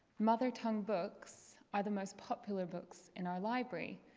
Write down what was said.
mother tongue books are the most popular books in our library,